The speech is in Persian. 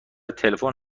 تلفن